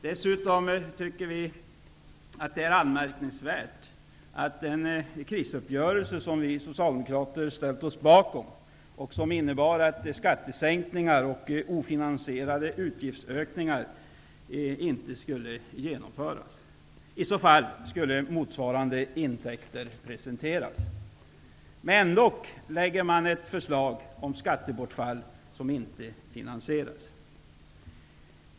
Vidare tycker vi att agerandet här är anmärkningsvärt med tanke på den krisuppgörelse som vi socialdemokrater ställt oss bakom och som innebar att skattesänkningar och ofinansierade utgiftsökningar inte skulle genomföras. I så fall skulle motsvarande intäkter presenteras. Ändå lägger man fram ett förslag om skattebortfall som inte finansieras.